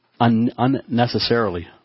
unnecessarily